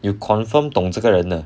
you confirm 懂这个人的